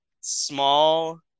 small